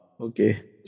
Okay